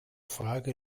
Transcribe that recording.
frage